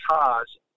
cars